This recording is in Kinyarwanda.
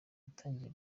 yatangiye